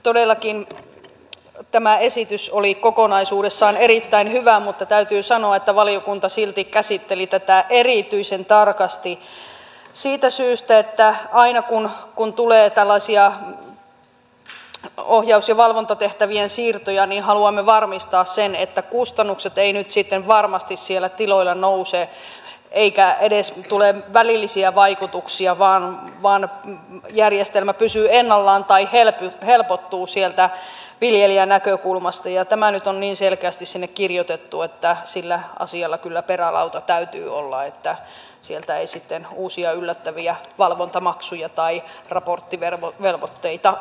todellakin tämä esitys oli kokonaisuudessaan erittäin hyvä mutta täytyy sanoa että valiokunta silti käsitteli tätä erityisen tarkasti siitä syystä että aina kun tulee tällaisia ohjaus ja valvontatehtävien siirtoja niin haluamme varmistaa sen että kustannukset eivät nyt sitten varmasti siellä tiloilla nouse eikä edes tule välillisiä vaikutuksia vaan järjestelmä pysyy ennallaan tai helpottuu sieltä viljelijän näkökulmasta ja tämä nyt on niin selkeästi sinne kirjoitettu että sillä asialla kyllä perälauta täytyy olla että sieltä ei sitten uusia yllättäviä valvontamaksuja tai raporttivelvoitteita tule